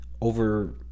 over –